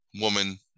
woman